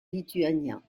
lituaniens